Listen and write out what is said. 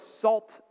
salt